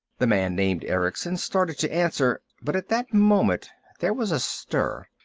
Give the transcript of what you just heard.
the man named erickson started to answer, but at that moment there was a stir.